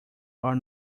are